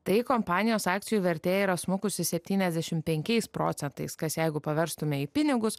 tai kompanijos akcijų vertė yra smukusi septyniasdešim penkiais procentais kas jeigu paverstume į pinigus